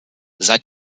seit